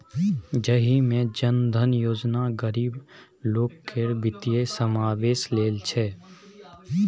जाहि मे जन धन योजना गरीब लोक केर बित्तीय समाबेशन लेल छै